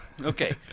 okay